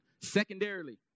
Secondarily